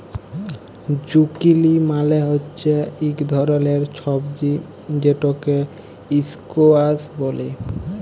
zucchini মালে হচ্যে ইক ধরলের সবজি যেটকে ইসকোয়াস ব্যলে